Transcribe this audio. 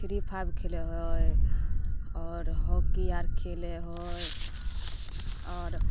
three five खेलै हइ आओर हॉकी आर खेलै हइ आओर